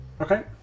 Okay